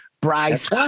Bryce